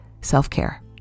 self-care